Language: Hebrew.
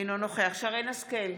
אינו נוכח שרן מרים השכל,